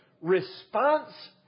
Response